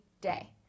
day